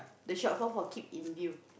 the short form for keep in view